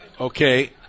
okay